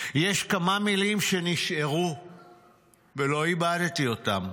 יש כמה מילים שנשארו ולא איבדתי אותן.